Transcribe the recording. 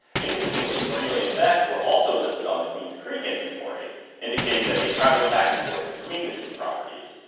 interestingly, cornelia and beck were also listed on the queen's creek inventory indicating that they traveled back and forth between the two properties,